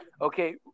Okay